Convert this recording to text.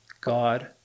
God